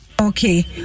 Okay